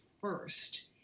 first